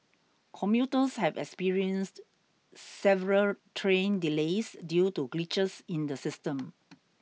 commuters have experienced several train delays due to glitches in the system